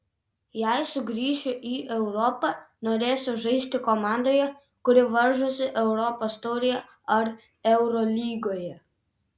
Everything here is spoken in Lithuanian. jei sugrįšiu į europą norėsiu žaisti komandoje kuri varžosi europos taurėje ar eurolygoje